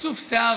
כסוף שיער,